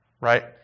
right